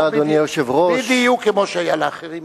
בדיוק כמו שהיה לאחרים,